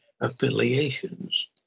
affiliations